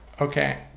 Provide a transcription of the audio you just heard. Okay